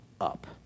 up